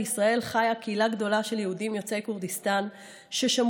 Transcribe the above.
בישראל חיה קהילה גדולה של יהודים יוצאי כורדיסטן ששמרו